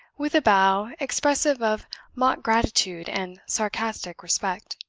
with a bow expressive of mock gratitude and sarcastic respect.